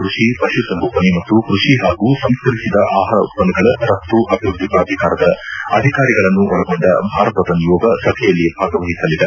ಕೃಷಿ ಪಶುಸಂಗೋಪನೆ ಮತ್ತು ಕೃಷಿ ಹಾಗೂ ಸಂಸ್ಕರಿಸಿದ ಆಹಾರ ಉತ್ಪನ್ನಗಳ ರಪ್ತು ಅಭಿವೃದ್ದಿ ಪ್ರಾಧಿಕಾರದ ಅಧಿಕಾರಿಗಳನ್ನೊಳಗೊಂಡ ಭಾರತದ ನಿಯೋಗ ಸಭೆಯಲ್ಲಿ ಭಾಗವಹಿಸಲಿದೆ